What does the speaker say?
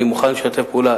אני מוכן לשתף פעולה,